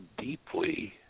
deeply